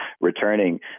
returning